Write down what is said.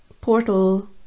portal